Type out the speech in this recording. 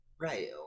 right